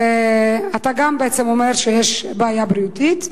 גם אתה בעצם אומר שיש בעיה בריאותית.